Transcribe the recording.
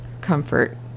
comfort